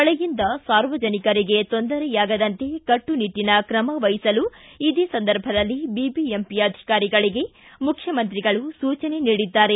ಮಳೆಯಿಂದ ಸಾರ್ವಜನಿಕರಿಗೆ ತೊಂದರೆಯಾಗದಂತೆ ಕಟ್ಟು ನಿಟ್ಟನ ಕ್ರಮ ವಹಿಸಲು ಇದೇ ಸಂದರ್ಭದಲ್ಲಿ ಬಿಬಿಎಂಪಿ ಅಧಿಕಾರಿಗಳಿಗೆ ಮುಖ್ಯಮಂತ್ರಿಗಳು ಸೂಚನೆ ನೀಡಿದ್ದಾರೆ